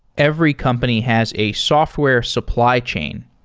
every company has a software supply chain.